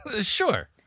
Sure